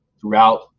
throughout